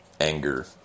anger